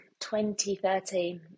2013